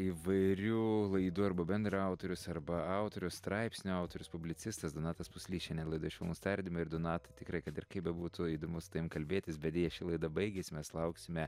įvairių laidų arba bendraautorius arba autorius straipsnių autorius publicistas donatas puslys šiandien laidoje švelnūs tardymai ir donatai tikrai kad ir kaip bebūtų įdomu su tavim kalbėtis bet deja ši laida baigėsi mes lauksime